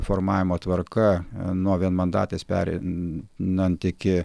formavimo tvarka nuo vienmandatės pereinant iki